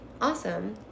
Awesome